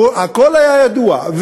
הכול היה ידוע,